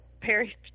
Perry